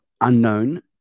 unknown